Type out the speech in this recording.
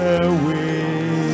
away